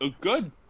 good